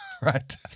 right